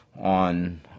on